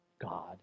God